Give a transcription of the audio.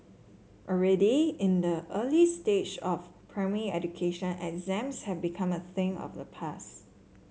already in the early stages of primary education exams have become a thing of the past